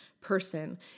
person